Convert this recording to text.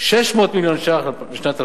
600 מיליון ש"ח בשנת 2012,